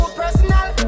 personal